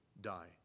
die